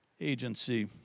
agency